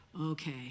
okay